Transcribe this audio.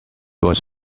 was